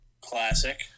Classic